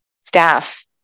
staff